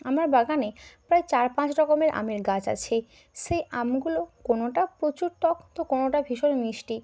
আমার বাগানে প্রায় চার পাঁচ রকমের আমের গাছ আছে সেই আমগুলো কোনোটা প্রচুর টক তো কোনোটা ভীষণ মিষ্টি